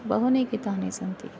बहूनि गितानि सन्ति